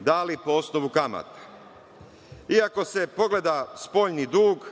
dali po osnovu kamate i ako se pogleda spoljni dug,